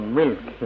milk